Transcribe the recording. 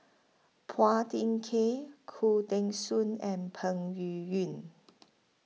Phua Thin Kiay Khoo Teng Soon and Peng Yuyun